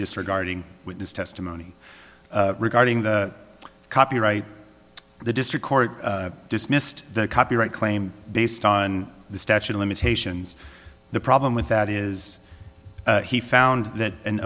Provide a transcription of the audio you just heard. disregarding witness testimony regarding the copyright the district court dismissed the copyright claim based on the statute of limitations the problem with that is he found that an